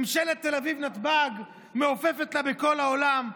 ממשלת תל אביב-נתב"ג מעופפת לה בכל העולם.